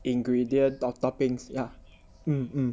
ingredient the topping yeah mm